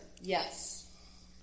yes